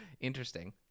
Interesting